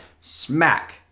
Smack